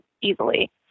easily